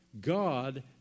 God